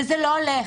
וזה לא הולך.